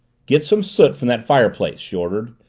get some soot from that fireplace, she ordered.